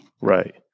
Right